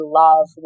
love